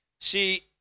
See